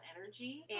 energy